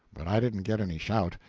but i didn't get any shout.